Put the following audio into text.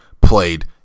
played